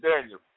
Daniel